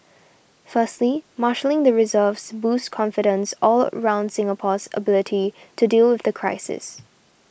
firstly marshalling the reserves boosts confidence all round in Singapore's ability to deal with the crisis